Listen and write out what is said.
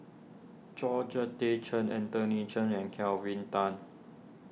Georgette Chen Anthony Chen and Kelvin Tan